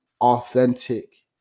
authentic